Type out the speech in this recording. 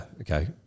okay